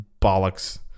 bollocks